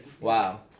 Wow